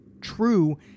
true